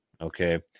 Okay